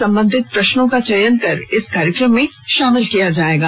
संबंधित प्रश्नों का चयन कर इस कार्यक्रम में शामिल किया जाएगा